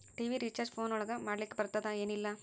TV recharge phone ಒಳಗ ಮಾಡ್ಲಿಕ್ ಬರ್ತಾದ ಏನ್ ಇಲ್ಲ?